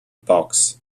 box